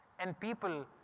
and people,